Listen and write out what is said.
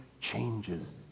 changes